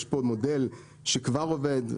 יש פה מודל שכבר עובד.